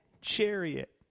chariot